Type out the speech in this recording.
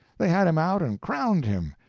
they had him out and crowned him,